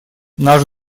наш